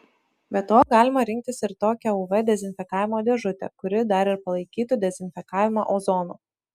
be to galima rinktis ir tokią uv dezinfekavimo dėžutę kuri dar ir palaikytų dezinfekavimą ozonu